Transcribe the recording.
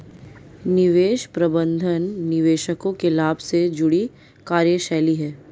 निवेश प्रबंधन निवेशकों के लाभ से जुड़ी कार्यशैली है